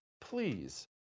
Please